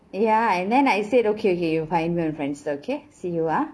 ya and then I said okay okay you find me on Friendster okay see you ah